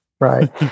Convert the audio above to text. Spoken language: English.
right